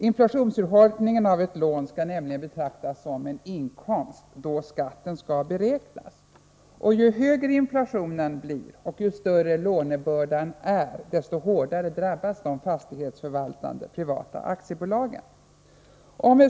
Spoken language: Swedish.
Inflationsurholkningen av ett lån skall nämligen betraktas som en inkomst då skatten skall beräknas. Ju högre inflationen blir och ju större lånebördan är, desto hårdare drabbas de fastighetsförvaltande privata aktiebolagen.